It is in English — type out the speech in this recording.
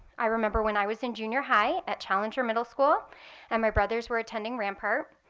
i remember when i was in junior high at challenger middle school and my brothers were attending rampart.